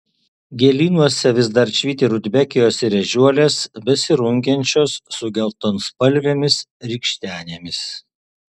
gėlynuose vis dar švyti rudbekijos ir ežiuolės besirungiančios su geltonspalvėmis rykštenėmis